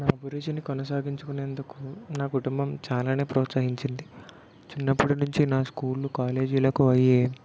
నా గురుజీని కొనసాగించుకునేందుకు నా కుటుంబం చాలానే ప్రోత్సహించింది చిన్నప్పటినుంచి నా స్కూళ్ళు కాలేజీలకి అయ్యే